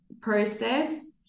process